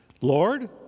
Lord